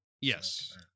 Yes